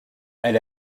elle